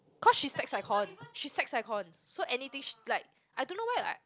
cause she's sex icon she's sex icon so anything she like I don't know why like